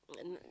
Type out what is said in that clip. and